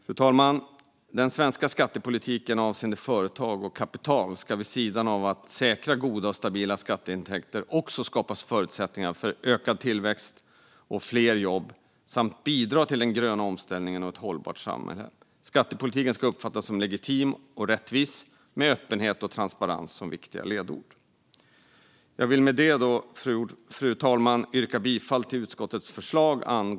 Fru talman! Den svenska skattepolitiken avseende företag och kapital ska vid sidan av att säkra goda och stabila skatteintäkter också skapa förutsättningar för en ökad tillväxt och fler jobb samt bidra till den gröna omställningen och ett hållbart samhälle. Skattepolitiken ska uppfattas som legitim och rättvis, med öppenhet och transparens som viktiga ledord. Fru talman! Jag vill härmed yrka bifall till utskottets förslag.